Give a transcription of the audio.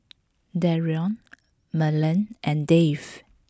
Dereon Merlene and Dave